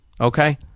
okay